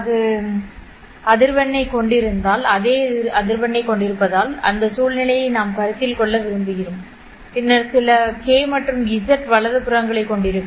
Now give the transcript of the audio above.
அது என்று கருதுகிறது அதே அதிர்வெண்ணைக் கொண்டிருப்பதால் அந்த சூழ்நிலையை நாம் கருத்தில் கொள்ள விரும்புகிறோம் பின்னர் அது சில k மற்றும் z வலதுபுறங்களைக் கொண்டிருக்கும்